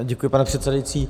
Děkuji, pane předsedající.